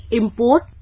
import